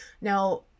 Now